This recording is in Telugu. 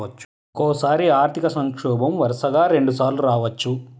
ఒక్కోసారి ఆర్థిక సంక్షోభం వరుసగా రెండుసార్లు రావచ్చు